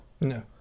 No